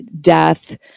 death